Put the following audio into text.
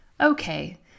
Okay